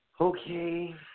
Okay